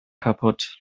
kaputt